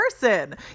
person